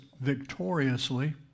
victoriously